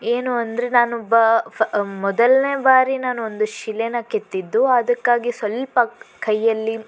ಏನು ಅಂದರೆ ನಾನೊಬ್ಬ ಮೊದಲನೇ ಬಾರಿ ನಾನೊಂದು ಶಿಲೆನ ಕೆತ್ತಿದ್ದು ಅದಕ್ಕಾಗಿ ಸ್ವಲ್ಪ ಕೈಯ್ಯಲ್ಲಿ